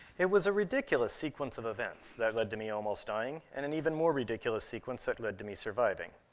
it was a ridiculous sequence of events that led to me almost dying and an even more ridiculous sequence that led to me surviving.